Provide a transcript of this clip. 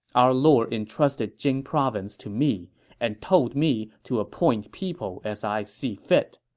our lord entrusted jing province to me and told me to appoint people as i see fit.